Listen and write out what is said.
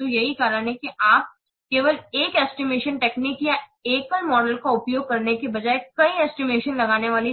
तो यही कारण है कि आप केवल एक एस्टिमेशन टेक्निक या एकल मॉडल का उपयोग करने के बजाय कई एस्टिमेशन लगाने वाली